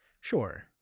Sure